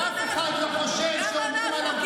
ואף אחד לא חושב שאומרים עליו קדיש.